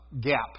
gap